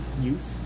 youth